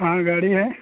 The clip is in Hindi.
हाँ गाड़ी है